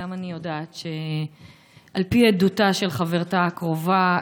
גם אני יודעת שעל פי עדותה של חברתה הקרובה,